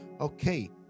okay